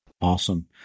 Awesome